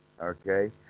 Okay